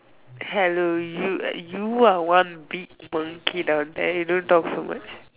hello you you are one big bangkit ah then you don't talk so much